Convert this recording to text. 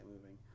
moving